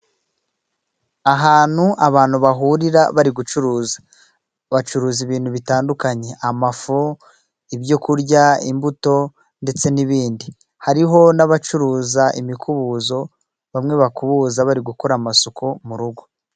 Ahantu abantu bahurira bari gucuruza，bacuruza ibintu bitandukanye，amafu， ibyo kurya， imbuto ndetse n'ibindi. Hariho n'abacuruza imikubuzo， bamwe bakubuza bari gukora amasuku mu rugo.